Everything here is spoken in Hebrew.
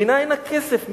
מנין הכסף?